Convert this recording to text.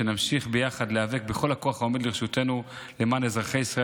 שנמשיך ביחד להיאבק בכל הכוח העומד לרשותנו למען אזרחי ישראל